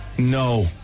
No